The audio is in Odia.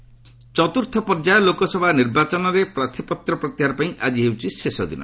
ପୋଲ ଫୋର୍ଥ ଫେଜ୍ ଚତ୍ରୁର୍ଥ ପର୍ଯ୍ୟାୟ ଲୋକସଭା ନିର୍ବାଚନରେ ପ୍ରାର୍ଥୀପତ୍ର ପ୍ରତ୍ୟାହାର ପାଇଁ ଆକି ହେଉଛି ଶେଷ ଦିନ